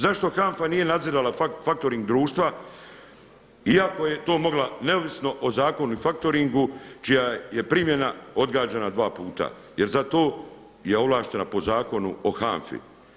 Zašto HANFA nije nadzirala faktoring društva iako je to mogla neovisno o zakonu i faktoringu čija je primjena odgađana dva puta jer za to je ovlaštena po zakonu o HANFA-i.